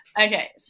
Okay